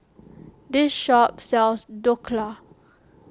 this shop sells Dhokla